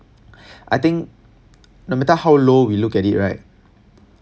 I think no matter how low we look at it right